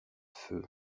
feu